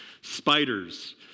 Spiders